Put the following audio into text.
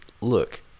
look